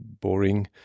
boring